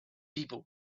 people